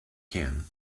can